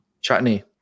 chutney